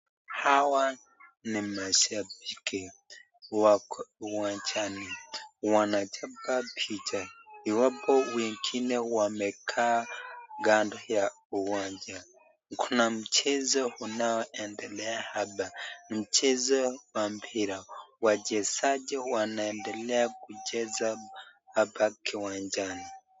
Hawa ni mashabiki wako uwanjani, wanachapa picha, iwapo wengine wamekaa kando ya uwanja. Kuna mchezo unaoendelea hapa, mchezo wa mpira. Wachezaji wanaendelea kucheza hapa kiwanjani.